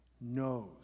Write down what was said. knows